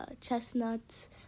chestnuts